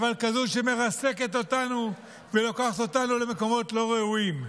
אבל כזאת שמרסקת אותנו ולוקחת אותנו למקומות לא ראויים: